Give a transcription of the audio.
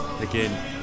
Again